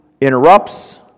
interrupts